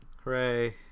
Hooray